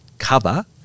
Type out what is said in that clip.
cover